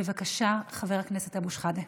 בבקשה, חבר הכנסת אבו שחאדה.